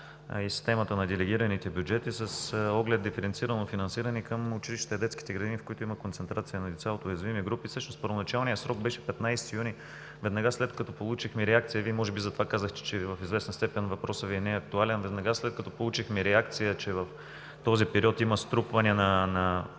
и системата на делегираните бюджети с оглед диференцирано финансиране към училищата и детските градини, в които има концентрация на деца от уязвими групи. Всъщност първоначалният срок беше 15 юни 2017 г., веднага след като получихме реакция, Вие може би затова казахте, че в известна степен въпросът Ви е неактуален. Веднага, след като получихме реакция, че в този период има струпвания на